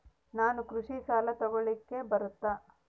ನಾನು ಕೃಷಿ ಸಾಲ ತಗಳಕ ಬರುತ್ತಾ?